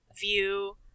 view